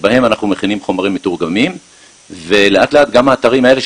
שבהם אנחנו מכינים חומרים מתורגמים ולאט לאט גם האתרים האלה,